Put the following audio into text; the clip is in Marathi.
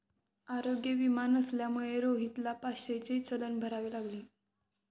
आरोग्य विमा नसल्यामुळे रोहितला पाचशेचे चलन भरावे लागले